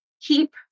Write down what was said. keep